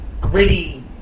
gritty